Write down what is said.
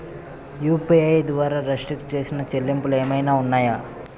UPI ద్వారా restrict చేసిన చెల్లింపులు ఏమైనా ఉన్నాయా?